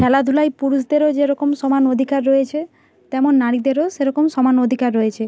খেলাধূলায় পুরুষদেরও যেরকম সমান অধিকার রয়েছে তেমন নারীদেরও সেরকম সমান অধিকার রয়েছে